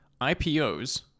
IPOs